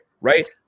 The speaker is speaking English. right